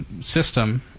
system